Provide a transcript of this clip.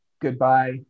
Goodbye